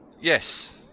Yes